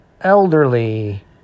elderly